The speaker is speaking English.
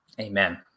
Amen